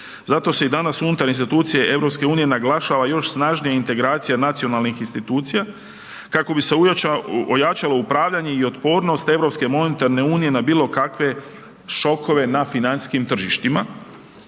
Zato se danas unutar institucije EU-a naglašava još snažnija integracija nacionalnih institucija kako bi se ojačalo upravljanje i otpornost europske monetarne unije na bilokakve šokove na financijskim tržištima